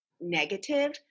negative